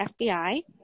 FBI